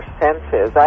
senses